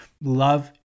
Love